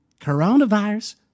coronavirus